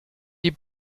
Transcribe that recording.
die